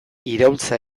iraultza